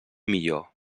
millor